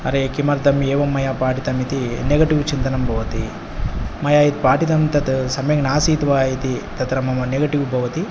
अरे किमर्थम् एवं मया पाठितम् इति नेगटिव् चिन्तनं भवति मया यत् पाठितं तत् सम्यक् नासीत् वा इति तत्र मम नेगेटिव् भवति